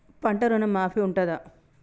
పంట ఋణం మాఫీ ఉంటదా?